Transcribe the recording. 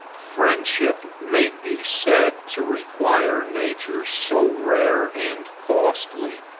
friendship may be said to require natures so rare and costly,